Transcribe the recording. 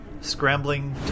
scrambling